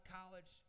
college